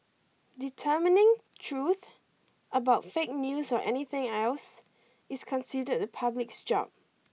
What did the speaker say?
determining truth about fake news or anything else is considered the public's job